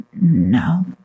no